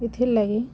ଇଥିରଲାଗି